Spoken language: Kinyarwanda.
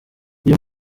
uyu